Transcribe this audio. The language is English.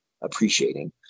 appreciating